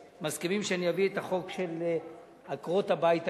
מסכימים שאני אביא את החוק של עקרות-הבית הקשישות,